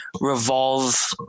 revolve